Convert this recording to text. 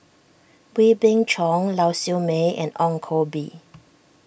Wee Beng Chong Lau Siew Mei and Ong Koh Bee